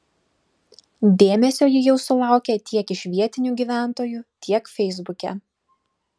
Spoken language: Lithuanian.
dėmesio ji jau sulaukė tiek iš vietinių gyventojų tiek feisbuke